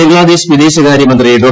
ബംഗ്ലാദേശ് വിദേശകാര്യ മന്ത്രി ഡോ